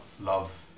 love